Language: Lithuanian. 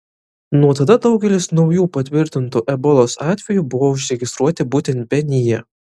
nuo tada daugelis naujų patvirtintų ebolos atvejų buvo užregistruoti būtent benyje